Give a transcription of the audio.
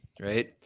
right